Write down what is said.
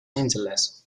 angeles